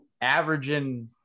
averaging